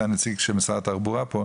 אתה הנציג של משרד התחבורה פה,